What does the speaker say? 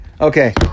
Okay